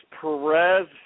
Perez